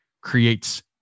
creates